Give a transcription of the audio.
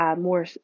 more